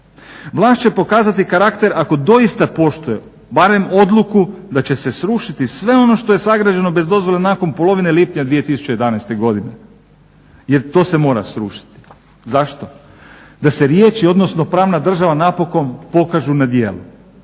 Vlast će pokazati karakter ako doista poštuje barem odluku da će se srušiti sve ono što je sagrađeno bez dozvole nakon polovine lipnja 2011.godine jer to se mora srušiti. Zašto? Da se riječi odnosno pravna država napokon pokažu na djelu